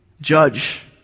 judge